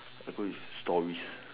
I go with stories